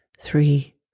three